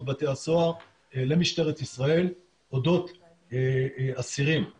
בתי הסוהר למשטרת ישראל אודות אסירים שמשתחררים.